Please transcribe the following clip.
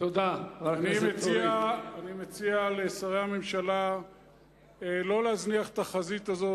אני מציע לשרי הממשלה שלא להזניח את החזית הזאת.